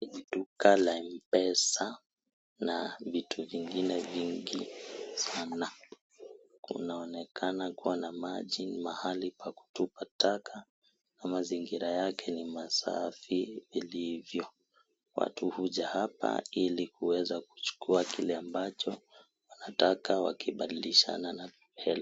Duka la M-pesa na vitu vingine vingi sana, kunaonekana kua na maji mahali pa kutupa taka na mazingira yake ni masafi vilivyo, watu huja hapa ilikuweza kuchukua kile ambacho wanataka wakibadilishana na hela.